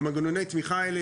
מנגנוני התמיכה האלה,